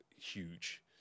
huge